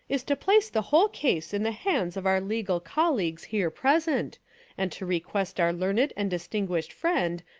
is to place the whole case in the hands of our legal col leagues here present and to request our learned and distinguished friend,